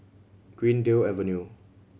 Greendale Avenue